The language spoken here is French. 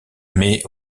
mais